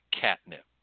catnip